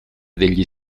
degli